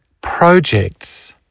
projects